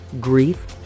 grief